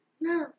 No